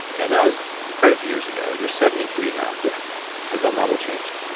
and that was quite a few years ago. you're seventy three now yeah has that model changed?